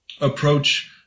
approach